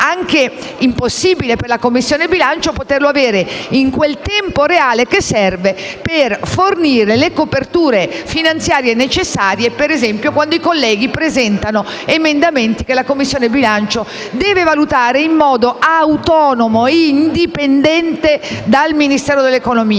anche impossibile per la Commissione bilancio poterlo avere nel tempo reale che serve per fornire le coperture finanziarie necessarie quando i colleghi presentano emendamenti che la Commissione deve valutare in modo autonomo e indipendente dal Ministero dell'economia